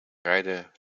rijden